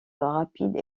rapide